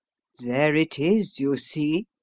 there it is, you see,